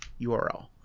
URL